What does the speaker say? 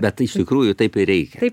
bet iš tikrųjų taip ir reikia